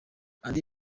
andi